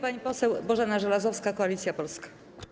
Pani poseł Bożena Żelazowska, Koalicja Polska.